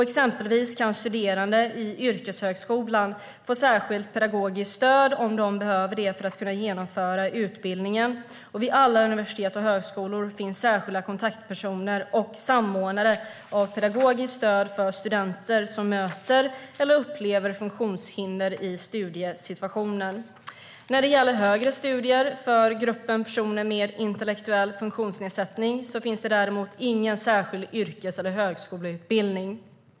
Exempelvis kan studerande i yrkeshögskolan få särskilt pedagogiskt stöd om de behöver det för att kunna genomföra utbildningen, och vid alla universitet och högskolor finns särskilda kontaktpersoner och samordnare av pedagogiskt stöd för studenter som möter eller upplever funktionshinder i studiesituationen. När det gäller högre studier för gruppen personer med intellektuell funktionsnedsättning finns det däremot ingen särskild yrkes eller högskoleutbildning.